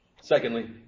Secondly